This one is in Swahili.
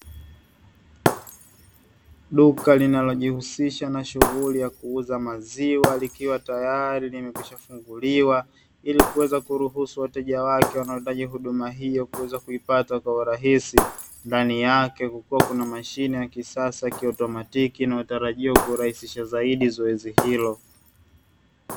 Duka linalo jihusisha na shughuli ya kuuza maziwa likiwa tayari limekwisha kufunguliwa ili kuweza kuruhusu wateja wake wanaohitaji huduma hio kuweza kuipata kwa urahisi. Ndani yake kukiwa na mashine ya kisasa ya kiautomatiki inayotarajiwa kurahisisha zaidi zoezi hilo.